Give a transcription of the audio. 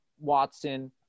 Watson